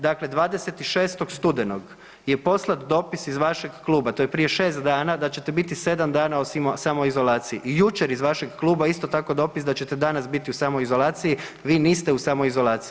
Dakle, 26. studenog je poslat dopis iz vašeg kluba, to je prije 6 dana, da ćete biti 7 dana u samoizolaciji i jučer iz vašeg kluba isto tako dopis da ćete danas biti u samoizolaciji, vi niste u samoizolaciji.